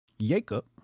Jacob